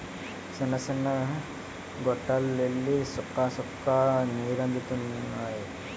సిన్న సిన్న గొట్టాల్లెల్లి సుక్క సుక్క నీరందిత్తన్నారు